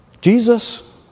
Jesus